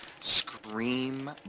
Scream